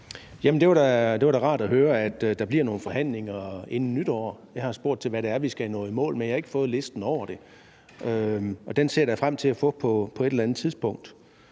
det var da rart at høre, at der bliver nogle forhandlinger inden nytår. Jeg har spurgt om, hvad det er, vi skal nå i mål med, men jeg har ikke fået listen over det. Den ser jeg da frem til at få på et eller andet tidspunkt.